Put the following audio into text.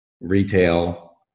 retail